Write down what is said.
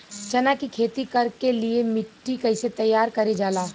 चना की खेती कर के लिए मिट्टी कैसे तैयार करें जाला?